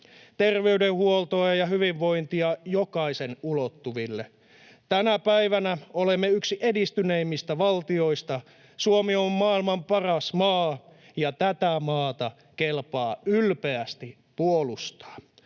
terveydenhuoltoa ja hyvinvointia jokaisen ulottuville. Tänä päivänä olemme yksi edistyneimmistä valtioista. Suomi on maailman paras maa, ja tätä maata kelpaa ylpeästi puolustaa.